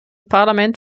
parlament